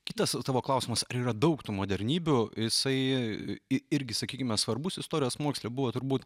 kitas tavo klausimas ar yra daug tų modernybių jisai irgi sakykime svarbus istorijos moksle buvo turbūt